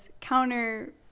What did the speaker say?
counter